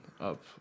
Up